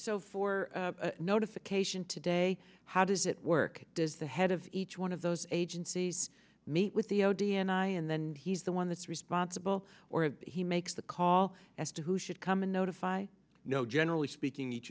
for notification today how does it work does the head of each one of those agencies meet with the o d n i and then he's the one that's responsible or he makes the call as to who should come and notify you know generally speaking each